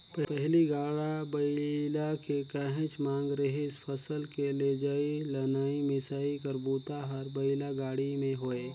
पहिली गाड़ा बइला के काहेच मांग रिहिस फसल के लेजइ, लनइ, मिसई कर बूता हर बइला गाड़ी में होये